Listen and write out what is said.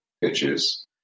pitches